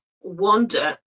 wonder